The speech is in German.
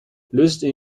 lösten